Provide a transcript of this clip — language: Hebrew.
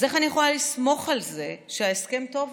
אז איך אני יכולה לסמוך על זה שההסכם טוב לנו?